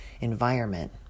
environment